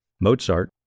Mozart